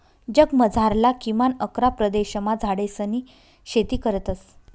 जगमझारला किमान अकरा प्रदेशमा झाडेसनी शेती करतस